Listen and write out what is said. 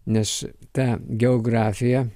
nes tą geografiją